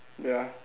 ya